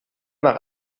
nach